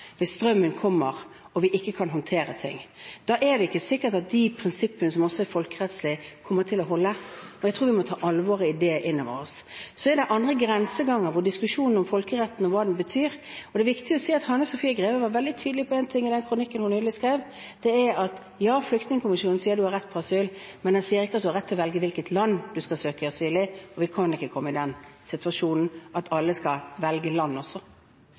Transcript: hvis strømmen kommer og vi ikke kan håndtere det. Da er det ikke sikkert at de folkerettslige prinsippene kommer til å holde. Jeg tror vi må ta alvoret i det inn over oss. Så er det andre grenseganger når det gjelder diskusjonen om folkeretten og hva den den betyr. Hanne Sophie Greve var veldig tydelig på en ting i den kronikken hun nylig skrev, og det er at ifølge flyktningkonvensjonen har man rett til asyl, men den sier ikke at man har rett til å velge hvilket land man skal søke asyl i. Vi kan ikke komme i den situasjonen at alle skal velge land også.